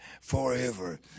forever